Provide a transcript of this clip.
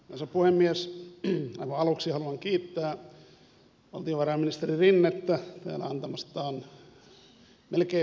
aivan aluksi haluan kiittää valtiovarainministeri rinnettä hänen täällä antamistaan melkein lu pauksista